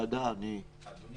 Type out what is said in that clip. אדוני